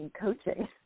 coaching